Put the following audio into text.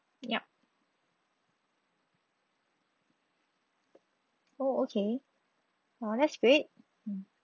yup oh okay oh that's great